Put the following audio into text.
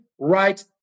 right